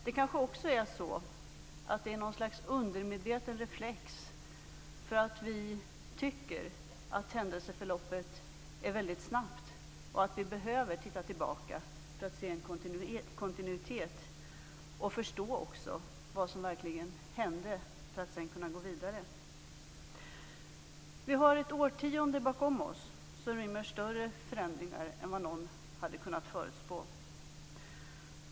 Det kanske blir något slags undermedveten reflex, därför att vi tycker att händelseförloppet går väldigt snabbt. Vi behöver kanske titta tillbaka för att se en kontinuitet och förstå vad som verkligen hände, för att sedan kunna gå vidare. Vi har ett årtionde bakom oss som rymmer större förändringar än vad någon hade kunnat förutspå.